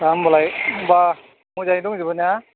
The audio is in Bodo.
दा होनबालाय होनबा मोजाङै दंजोबो ना